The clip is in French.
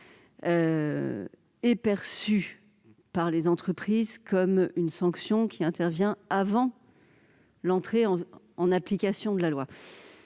est perçue par les entreprises comme une sanction qui intervient avant l'entrée en vigueur de la loi.